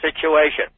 situation